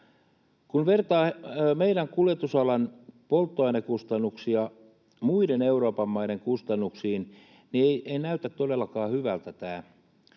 Kun vertaa meidän kuljetusalan polttoainekustannuksia muiden Euroopan maiden kustannuksiin, niin ei näytä todellakaan hyvältä